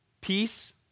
peace